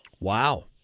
wow